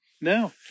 No